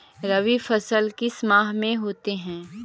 रवि फसल किस माह में होते हैं?